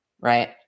right